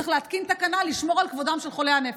צריך להתקין תקנה לשמור על כבודם של חולי הנפש.